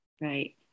right